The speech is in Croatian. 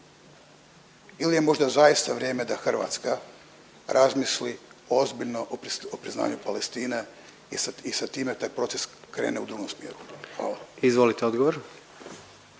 ili je možda zaista vrijeme da Hrvatska razmisli ozbiljno o priznanju Palestine i sa time taj proces krene u drugom smjeru. Hvala. **Jandroković,